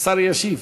השר ישיב,